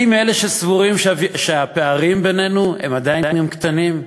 אני מאלה שסבורים שהפערים בינינו הם עדיין קטנים.